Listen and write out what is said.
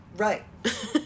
Right